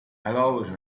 always